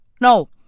no